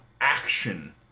action